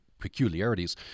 peculiarities